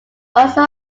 also